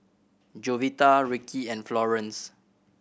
Jovita Rickey and Florance